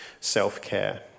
self-care